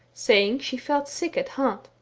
sajing she felt sick at heart.